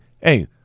hey